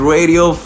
Radio